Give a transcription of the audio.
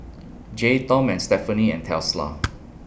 Jays Tom and Stephanie and Tesla